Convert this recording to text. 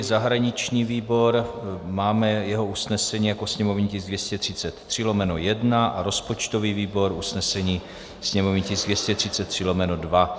Zahraniční výbor, máme jeho usnesení jako sněmovní tisk 233/1, a rozpočtový výbor, usnesení sněmovní tisk 233/2.